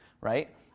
right